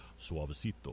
suavecito